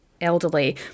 elderly